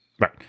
Right